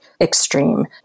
extreme